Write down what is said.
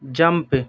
jump